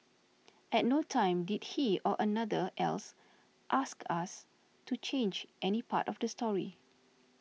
at no time did he or anyone else ask us to change any part of the story